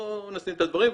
בואו נשים את הדברים.